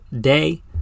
day